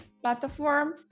platform